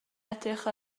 edrych